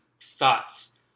thoughts